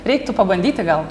reiktų pabandyti gal